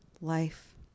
life